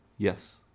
yes